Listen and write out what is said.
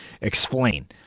explain